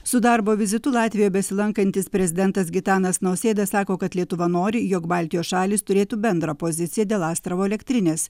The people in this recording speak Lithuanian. su darbo vizitu latvijoj besilankantis prezidentas gitanas nausėda sako kad lietuva nori jog baltijos šalys turėtų bendrą poziciją dėl astravo elektrinės